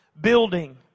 building